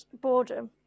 boredom